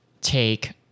take